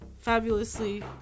fabulously